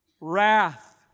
wrath